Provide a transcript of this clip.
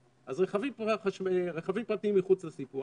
אז רכבים פרטיים מחוץ לסיפור,